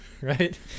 right